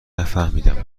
نفهمیدم